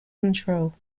control